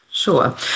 Sure